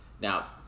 Now